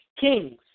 kings